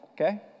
okay